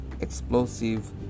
explosive